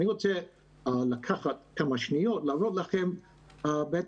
אני רוצה לקחת כמה שניות כדי להראות לכם פירמידה.